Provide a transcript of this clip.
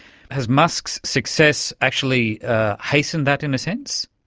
has musk's success actually ah hastened that, in a sense?